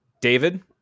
David